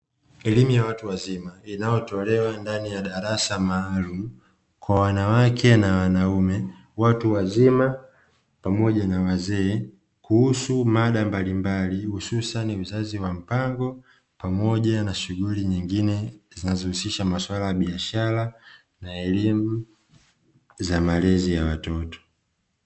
Elimu ya watu wa zima inayotolewa ndani ya darasa maalumu kwa wanawake na wanaume watu wazima pamoja na wazee kuhusu mada mbalimbali hususani uzazi wa mpango pamoja na shughuli nyingine zinazohusisha masuala ya biashara na elimu za malezi ya watoto.